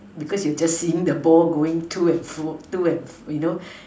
because you just seen the ball going to and fro to and fro you know